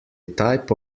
type